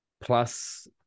Plus